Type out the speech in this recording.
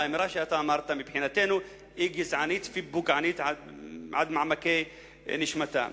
האמרה שאמרת היא גזענית ופוגענית עד עמקי נשמתה.